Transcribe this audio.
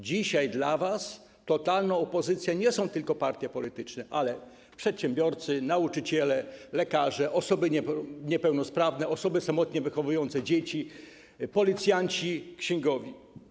Dzisiaj dla was totalną opozycją są nie tylko partie polityczne, ale i przedsiębiorcy, nauczyciele, lekarze, osoby niepełnosprawne, osoby samotnie wychowujące dzieci, policjanci, księgowi.